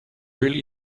really